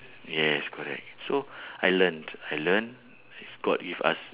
yes correct so I learnt I learn god with us